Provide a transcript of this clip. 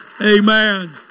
Amen